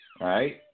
Right